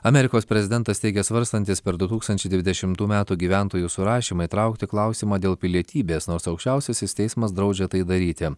amerikos prezidentas teigia svarstantis per du tūkstančiai dvidešimtų metų gyventojų surašymą įtraukti klausimą dėl pilietybės nors aukščiausiasis teismas draudžia tai daryti